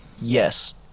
Yes